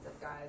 guys